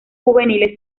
juveniles